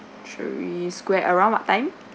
century square around what time